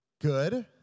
Good